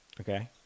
Okay